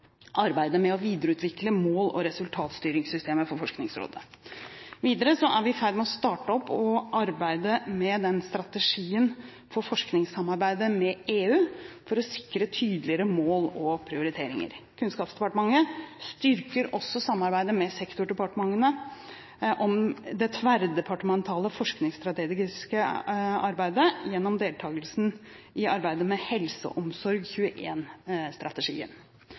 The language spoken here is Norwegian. arbeidet med å videreutvikle mål- og resultatstyringssystemet for Forskningsrådet. Videre er vi i ferd med å starte opp arbeidet med en strategi for forskningssamarbeidet med EU for å sikre tydeligere mål og prioriteringer. Kunnskapsdepartementet styrker også samarbeidet med sektordepartementene om det tverrdepartementale forskningsstrategiske samarbeidet gjennom deltakelse i arbeidet med